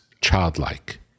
childlike